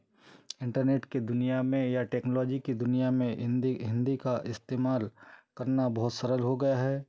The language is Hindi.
इंटरनेट की दुनिया में या टेक्नोलॉजी की दुनिया में हिंदी हिंदी का इस्तेमाल करना बहुत सरल हो गया है